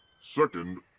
Second